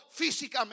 físicamente